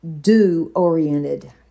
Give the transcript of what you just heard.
do-oriented